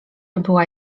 była